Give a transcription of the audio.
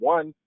One